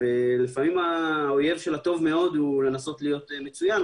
ולפעמים האויב של הטוב מאוד הוא לנסות להיות מצוין,